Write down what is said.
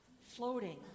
floating